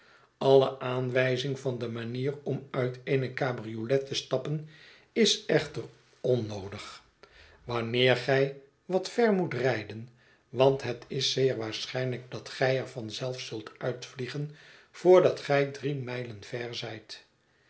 alle aanwijzing van de manier om uit eene cabriolet te stappen is echter onnoodig wanneer gij wat ver moet rijden want het is zeer waarschijnlijk dat gij er van zelf zult uitvliegen voordat gij drie mijlen ver